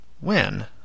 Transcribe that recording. When